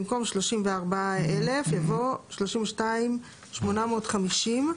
במקום "34,000" יבוא "32,850".